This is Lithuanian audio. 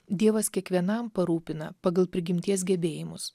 dievas kiekvienam parūpina pagal prigimties gebėjimus